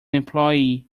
employee